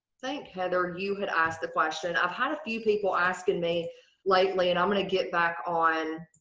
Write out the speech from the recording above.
thank heather you had asked the question. i've had a few people asking me lately and i'm gonna get back on